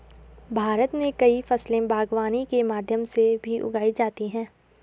भारत मे कई फसले बागवानी के माध्यम से भी उगाई जाती है